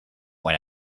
when